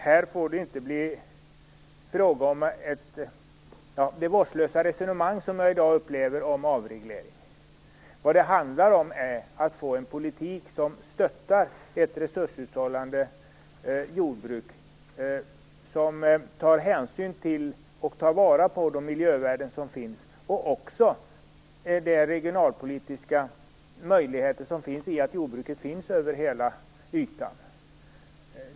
Här får det inte bli fråga om ett så vårdslöst resonemang som det jag nu upplever om avregleringen. Vad det handlar om är att få en politik som stöttar ett resurshushållande jordbruk, som tar hänsyn till och tar vara på de miljövärden som finns, och också de regionalpolitiska möjligheterna i att jordbruket finns över hela ytan.